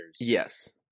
Yes